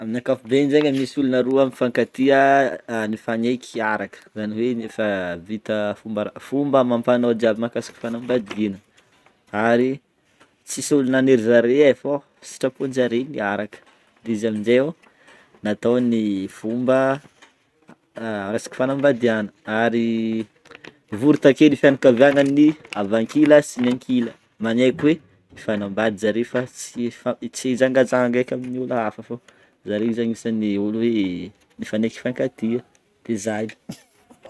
Amin'ny ankapobeny zegny misy olo roa mifankatia nifanaiky hiaraka zany hoe efa vita fomba- fomba amam-panao jiaby makasika fanambadiana ary tsisy ôlo nanery zare ai fô sitrapon'jare niaraka de izy amin'jay ô natao ny fomba resaka fanambadiana ary vory take ny fianakavianan'ny avy ankila sy ny ankila manaiky hoe hifanambady zare fa tsy ifa- tsy ijangajanga eky amin'olo hafa fô zare zegny isan'ny olo hoe hifanaiky hifankatia de zay.